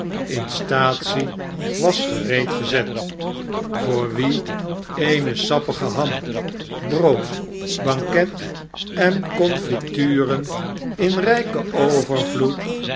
servies vanechtporseleininstaatsie was gereed gezet voor wie eene sappige ham brood banket en konnturen in rijken overvloed